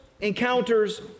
encounters